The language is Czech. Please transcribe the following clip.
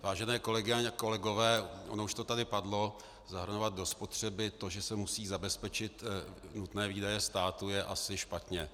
Vážené kolegyně, kolegové, ono už to tady padlo zahrnovat do spotřeby to, že se musí zabezpečit nutné výdaje státu, je asi špatně.